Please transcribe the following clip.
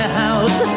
house